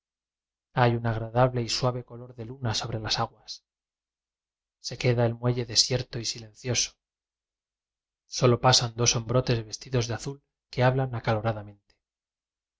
hay un agradable y suave color de luna sobre las aguas se queda el muelle desierto y silencioso sólo pasan dos hombrotes vestidos de azul que hablan acaloradamente